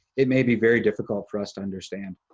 it may be very difficult for us to understand.